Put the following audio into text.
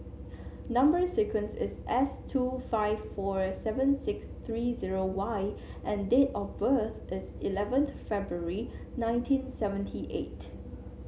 number sequence is S two five four seven six three zero Y and date of birth is eleventh February nineteen seventy eight